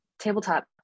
tabletop